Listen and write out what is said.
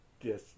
Yes